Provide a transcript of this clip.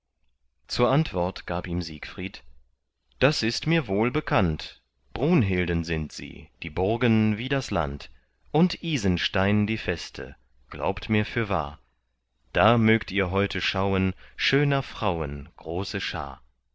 zur antwort gab ihm siegfried das ist mir wohl bekannt brunhilden sind sie die burgen wie das land und isenstein die feste glaubt mir fürwahr da mögt ihr heute schauen schöner frauen große schar